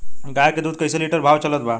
गाय के दूध कइसे लिटर भाव चलत बा?